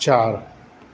चारि